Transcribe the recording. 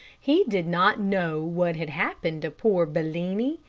he did not know what had happened to poor bellini,